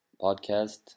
podcast